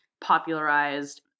popularized